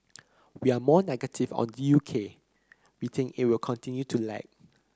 we are more negative on the U K we think it will continue to lag